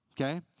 okay